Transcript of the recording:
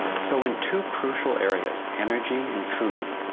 so in two crucial areas, energy and food,